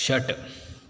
षट्